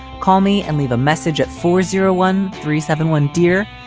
call me and leave a message at four zero one three seven one, dear.